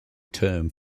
term